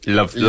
Love